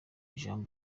ijabo